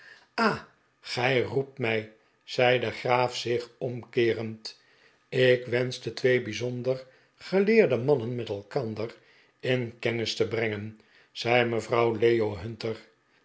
ah gij roept mij zei de graaf zich omkeerend ik wenschte twee bijzonder geleerde mannen met elkander in kennis te brengen zei mevrouw leo hunter